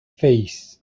face